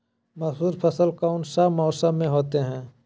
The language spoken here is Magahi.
मसूर फसल कौन सा मौसम में होते हैं?